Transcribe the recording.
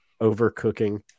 overcooking